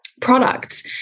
products